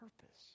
purpose